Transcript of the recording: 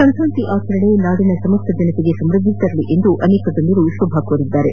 ಸಂಕ್ರಾಂತಿ ಆಚರಣೆ ನಾಡಿನ ಸಮಸ್ತ ಜನತೆಗೆ ಸಮೃದ್ದಿ ತರಲಿ ಎಂದು ಅನೇಕ ಗಣ್ಣರು ಶುಭ ಕೋರಿದ್ದಾರೆ